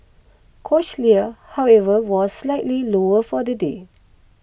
cochlear however was slightly lower for the day